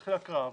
נתחיל הקראה.